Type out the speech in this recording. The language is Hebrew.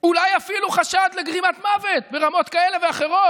אולי אפילו חשד לגרימת מוות ברמות כאלה ואחרות,